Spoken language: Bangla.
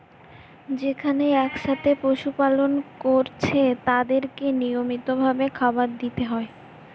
যেখানে একসাথে পশু পালন কোরছে তাদেরকে নিয়মিত ভাবে খাবার দিতে হয়